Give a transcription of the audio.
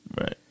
Right